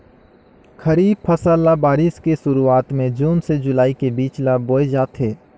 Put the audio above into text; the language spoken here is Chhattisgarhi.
खरीफ फसल ल बारिश के शुरुआत में जून से जुलाई के बीच ल बोए जाथे